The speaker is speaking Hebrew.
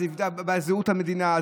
זה יפגע בזהות המדינה,